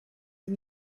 ils